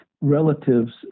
relatives